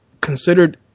considered